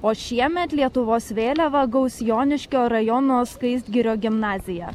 o šiemet lietuvos vėliavą gaus joniškio rajono skaistgirio gimnazija